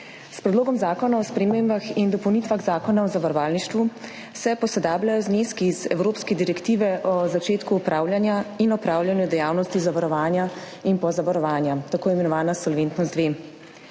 S Predlogom zakona o spremembah in dopolnitvah Zakona o zavarovalništvu se posodabljajo zneski iz evropske direktive o začetku opravljanja in opravljanju dejavnosti zavarovanja in pozavarovanja, tako imenovana Solventnost II.